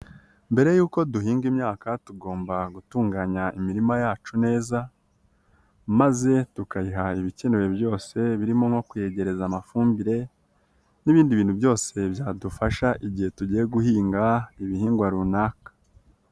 Mbere yuko duhinga imyaka tugomba gutunganya imirima yacu neza maze tukayiha ibikenewe byose birimo nko kuyegereza amafumbire n'ibindi bintu byose byadufasha igihe tugiye guhinga ibihingwa runaka.